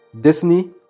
Disney